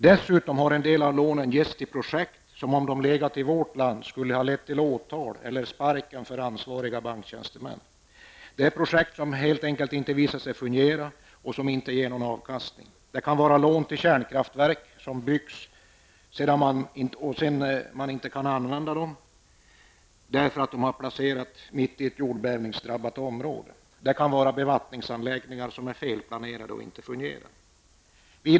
Dessutom har en del av lånen getts till projekt, som om de legat i vårt land, skulle ha lett till åtal eller sparken för ansvariga banktjänstemän. Det är projekt som helt enkelt inte visat sig fungera och inte ger någon avkastning. Det kan t.ex var ett lån till ett kärnkraftverk som byggs, men sedan inte kan användas på grund av att det placerats mitt i ett jordbävningsdrabbat område. Det kan vara bevattningsanläggningar som är felplanerade och inte fungerar osv.